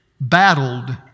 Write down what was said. battled